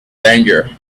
danger